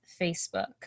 facebook